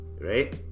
right